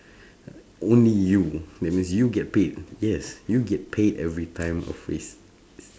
only you that means you get paid yes you get paid every time a phrase is